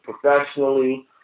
professionally